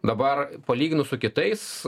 dabar palyginus su kitais